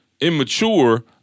immature